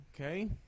Okay